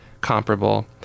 comparable